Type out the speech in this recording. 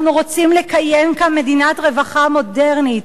אנחנו רוצים לקיים כאן מדינת רווחה מודרנית.